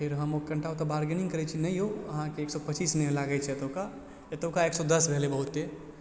फेर हम ओ कनिटा ओतऽ बार्गेनिंग करै छी नहियौ अहाँके एक सए पचीस नहि लागै छै एतुका एतुका एक सए दस भेलै बहुते